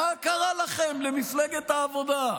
מה קרה לכם, למפלגה העבודה?